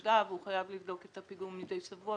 חייב לבדוק את הפיגום מדי שבוע וכדומה,